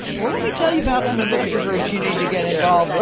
well, let me tell you about some investor groups you need to get involved with.